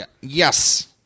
Yes